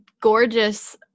gorgeous